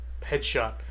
headshot